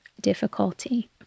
difficulty